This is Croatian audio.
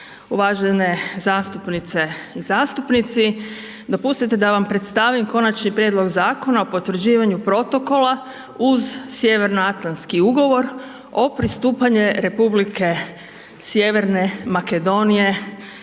uvažene zastupnice i zastupnici dopustite da vam predstavim Konačni prijedlog Zakona o potvrđivanju protokola uz Sjevernoatlanski ugovor o pristupanju Republike Sjeverne Makedonije